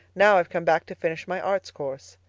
now i've come back to finish my arts course.